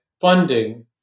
funding